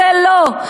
זה לא,